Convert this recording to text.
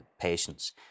patients